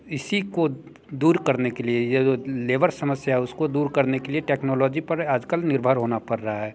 इसी को दूर करने के लिए ये जो लेबर समस्या उसको दूर करने के लिए टेक्नोलॉजी पर आज कल निर्भर होना पड़ रहा है